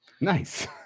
Nice